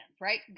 Right